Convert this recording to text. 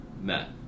met